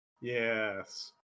Yes